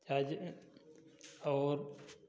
आज और